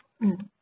mm